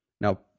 Now